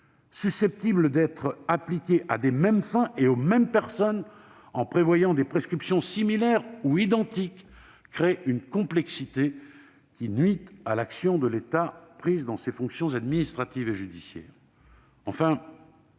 susceptibles d'être appliqués à des mêmes fins et aux mêmes personnes, en prévoyant des prescriptions similaires ou identiques, crée une complexité qui nuit à l'efficacité de l'action de l'État pris dans ses fonctions administratives et judiciaires.